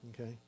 Okay